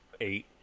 eight